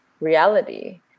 reality